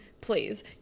please